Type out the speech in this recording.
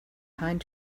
pine